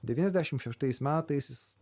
devyniasdešimt šeštais metais